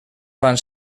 fan